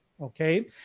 okay